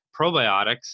probiotics